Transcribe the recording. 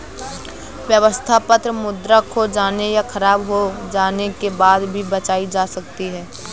व्यवस्था पत्र मुद्रा खो जाने या ख़राब हो जाने के बाद भी बचाई जा सकती है